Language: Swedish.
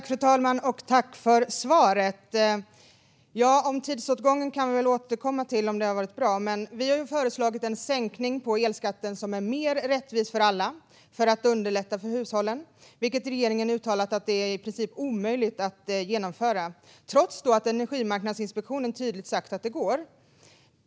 Fru talman! Jag tackar för svaret. Vi kan väl återkomma till om det varit bra med tidsåtgången. Vi har föreslagit en sänkning av elskatten för att underlätta för hushållen. Det är mer rättvist för alla. Men regeringen har uttalat att detta är i princip omöjligt att genomföra, trots att Energimarknadsinspektionen tydligt sagt att det går.